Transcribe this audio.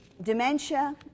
Dementia